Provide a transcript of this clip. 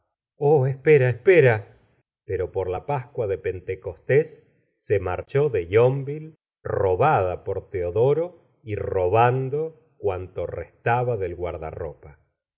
oh espera espera pero por la pascua de pentecostés se marchó de yonville robada por teodoro y robando cut'nto restaba del guardarropa